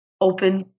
open